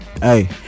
hey